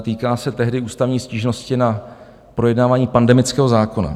Týká se tehdy ústavní stížnosti na projednávání pandemického zákona.